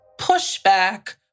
pushback